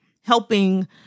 helping